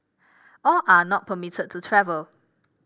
all are not permitted to travel